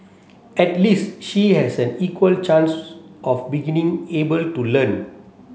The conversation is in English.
at least she has an equal chance of beginning able to learn